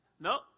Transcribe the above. No